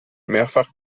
mehrfach